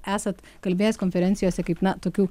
esat kalbėjęs konferencijose kaip na tokių